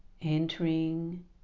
entering